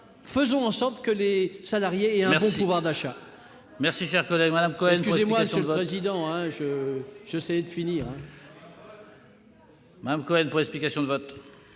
faisons en sorte que les salariés aient un bon pouvoir d'achat